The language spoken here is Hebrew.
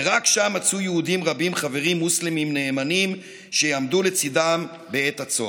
ורק שם מצאו יהודים רבים חברים מוסלמים נאמנים שיעמדו לצידם בעת הצורך.